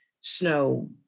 snow